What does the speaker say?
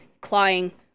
clawing